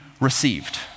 received